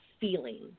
feeling